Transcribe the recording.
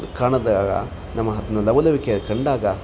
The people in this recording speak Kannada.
ಕಾಣದಾ ಆಗ ನಮ್ಮ ಲವಲವಿಕೆ ಕಂಡಾಗ